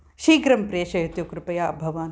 शीघ्रं प्रेषयतु कृपया भवान्